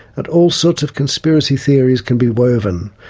and all sorts of conspiracy theories can be woven,